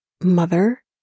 mother